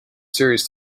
series